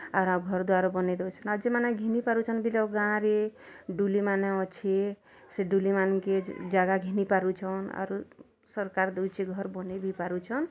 ଆର୍ ଘର୍ ଦ୍ଵାର୍ ବନେଇ ଦେଉଛନ୍ ଆଉ ଯୋଉମାନେ ଘିନି ପାରୁଚନ୍ ଗାଁରେ ଡ଼ୁଲି ମାନେ ଅଛି ସେ ଡ଼ୁଲି ମାନଙ୍କେ ଜାଗା ଘିନି ପରୁଛନ୍ ଆରୁ ସରକାର୍ ଦେଉଛି ଘର୍ ବନେଇ ବି ପାରୁଛନ୍